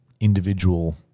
individual